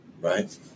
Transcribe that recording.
right